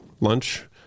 lunch